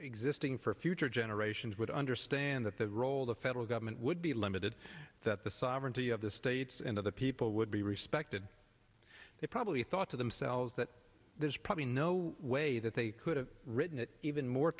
existing for future generations would understand that the role of the federal government would be limited that the sovereignty of the states and of the people would be respected they probably thought to themselves that there's probably no way that they could have written it even more